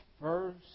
first